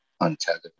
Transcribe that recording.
untethered